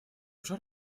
уже